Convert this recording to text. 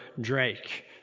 drake